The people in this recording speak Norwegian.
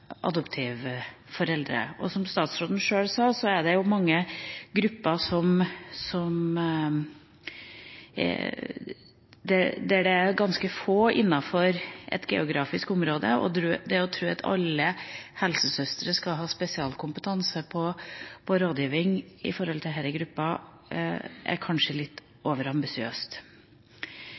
Og som statsråden sjøl sa, er det mange grupper det er ganske få av innenfor et geografisk område, og det å tro at alle helsesøstre skal ha spesialkompetanse på rådgivning for disse gruppene, er kanskje litt overambisiøst.